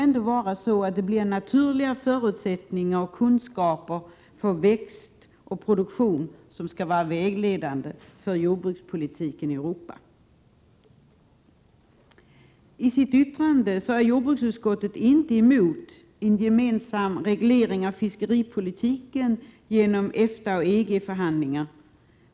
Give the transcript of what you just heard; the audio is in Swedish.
Naturliga förutsättningar och kunskaper när det gäller växt och produktion måste ändå vara vägledande för jordbrukspolitiken i Europa. I sitt yttrande är jordbruksutskottet inte emot en gemensam reglering av fiskeripolitiken genom EFTA-EG-förhandlingar.